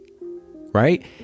right